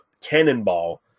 cannonball